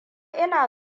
ina